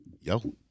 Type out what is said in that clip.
Yo